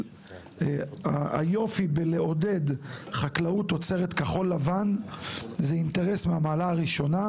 אז היופי בלעודד חקלאות תוצרת כחול-לבן הוא אינטרס מהמעלה הראשונה,